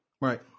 Right